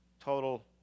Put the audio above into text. total